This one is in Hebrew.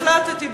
החלטתי,